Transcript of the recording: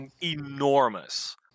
enormous